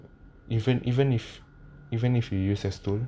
even even if even if you use a stool